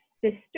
sister